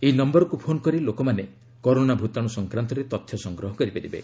ଏହି ନୟରକ୍ତ ଫୋନ୍ କରି ଲୋକମାନେ କରୋନା ଭୂତାଣ୍ର ସଂକ୍ରାନ୍ତରେ ତଥ୍ୟ ସଂଗ୍ରହ କରିପାରିବେ